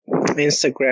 Instagram